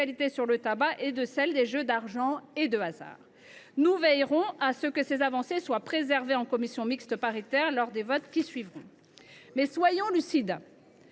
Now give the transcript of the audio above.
sur le tabac et à celle sur les jeux d’argent et de hasard. Nous veillerons à ce que ces avancées soient préservées en commission mixte paritaire et lors des votes qui suivront. Soyons lucides